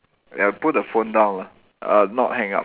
ya put the phone down lah uh not hang up